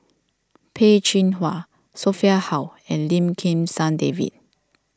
Peh Chin Hua Sophia Hull and Lim Kim San David